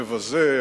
מבזה,